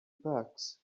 packs